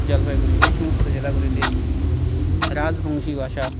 জলপাইগুড়ি এই সমস্ত জেলাগুলিতে রাজবংশী ভাষা